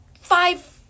five